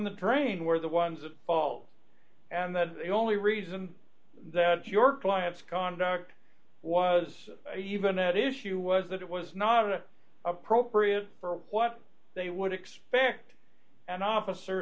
the train were the ones of fault and the only reason that your clients conduct was even at issue was that it was not appropriate for what they would expect an officer